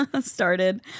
started